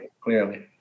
Clearly